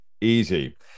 easy